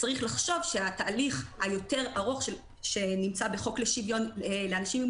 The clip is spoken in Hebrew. צריך לחשוב שהתהליך היותר ארוך שנמצא בחוק לשוויון לאנשים עם